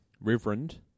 reverend